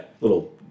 little